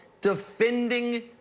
defending